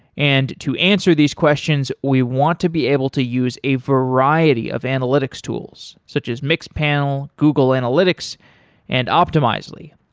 and to answer these questions, we want to be able to use a variety of analytics tools, such as mixed panel, google analytics and optimizely.